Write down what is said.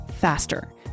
faster